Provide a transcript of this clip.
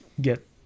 get